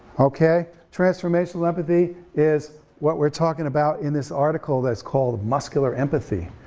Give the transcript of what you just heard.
okay? transformational empathy is what we're talkin' about in this article that's called muscular empathy,